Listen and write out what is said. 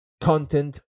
content